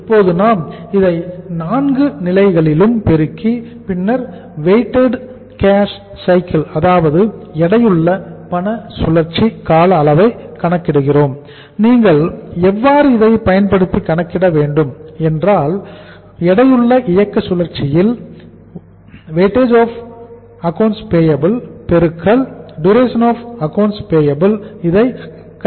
இப்போது நாம் இதை நான்கு நிலைகளிலும் பெருக்கி பின்னர் வெயிட்டட் கேஷ் சைக்கிள் அதாவது எடையுள்ள பண சுழற்சியை கணக்கிட முடியும்